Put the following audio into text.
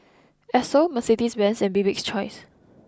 Esso Mercedes Benz and Bibik's choice